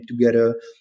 together